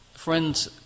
Friends